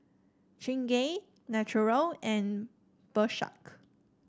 Chingay Naturel and Bershka